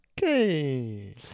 Okay